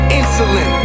insulin